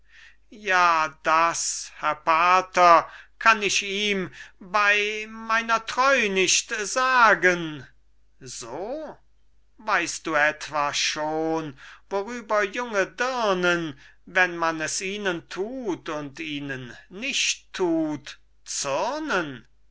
ja das herr pater kann ich ihm bei meiner treu nicht sagen so weißt du etwa schon worüber junge dirnen wenn man es ihnen tut und ihnen nicht tut zürnen